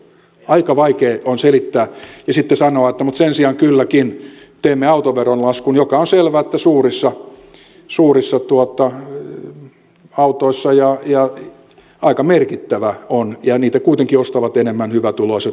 aika vaikea on selittää ja sitten sanoa että mutta sen sijaan kylläkin teemme autoveron laskun ja on selvä että suurissa autoissa se on aika merkittävä ja niitä kuitenkin ostavat enemmän hyvätuloiset